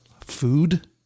food